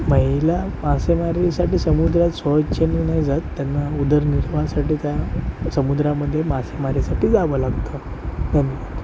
महिला मासेमारीसाठी समुद्रात स्वेच्छेने नाही जात त्यांना उदरनिर्वाहासाठी त्या समुद्रामध्ये मासेमारीसाठी जावं लागतं धन्यवाद